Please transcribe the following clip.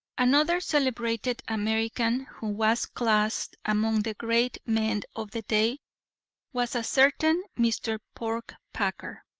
another celebrated american who was classed among the great men of the day was a certain mr. porkpacker.